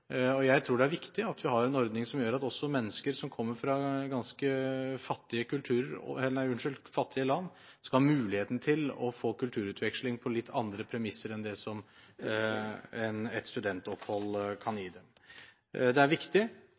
Jeg tror det er viktig at vi har en ordning som gjør at også mennesker som kommer fra ganske fattige land, skal ha muligheten til å få kulturutveksling på litt andre premisser enn det som et studentopphold kan gi dem. Det er